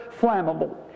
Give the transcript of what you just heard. flammable